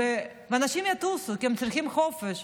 אנשים יטוסו כי הם צריכים חופשה,